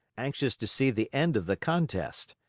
anxious to see the end of the contest.